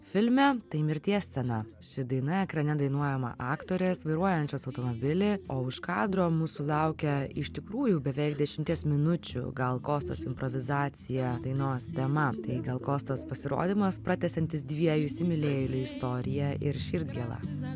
filme tai mirties scena ši daina ekrane dainuojama aktorės vairuojančios automobilį o už kadro mūsų laukia iš tikrųjų beveik dešimties minučių gal kostos improvizacija dainos tema tai gal kostos pasirodymas pratęsiantis dviejų įsimylėjėlių istoriją ir širdgėlą